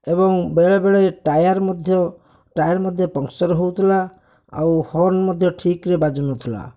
ଏବଂ ବେଳେ ବେଳେ ଟାୟାର ମଧ୍ୟ ଟାୟାର ମଧ୍ୟ ପଞ୍ଚର ହେଉଥିଲା ଆଉ ହର୍ନ ମଧ୍ୟ ଠିକ୍ରେ ବାଜୁ ନ ଥିଲା